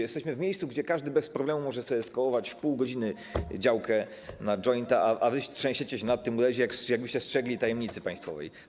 Jesteśmy w miejscu, gdzie każdy bez problemu może sobie skołować w pół godziny działkę na jointa, a wy trzęsiecie się na tym mrozie, jakbyście strzegli tajemnicy państwowej.